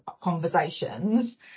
conversations